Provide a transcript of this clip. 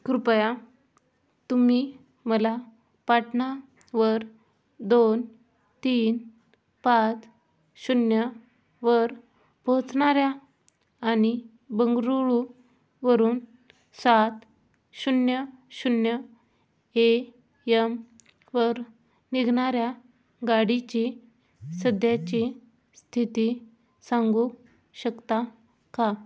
कृपया तुम्ही मला पाटणावर दोन तीन पाच शून्यवर पोचणाऱ्या आणि बंगळुरूवरून सात शून्य शून्य ए यमवर निघणाऱ्या गाडीची सध्याची स्थिती सांगू शकता का